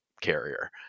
carrier